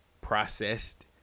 processed